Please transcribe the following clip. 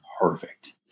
perfect